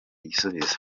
igisubizo